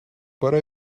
пора